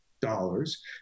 dollars